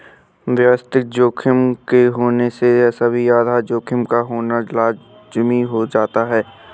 व्यवस्थित जोखिम के होने से भी आधार जोखिम का होना लाज़मी हो जाता है